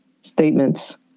statements